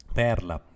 perla